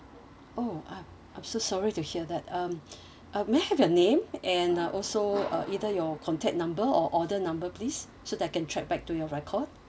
oh I'm I'm so sorry to hear that um uh may I have your name and uh also uh either your contact number or order number please so that I can track back to your record